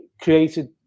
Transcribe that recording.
created